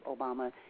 Obama